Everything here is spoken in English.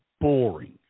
boring